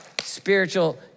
spiritual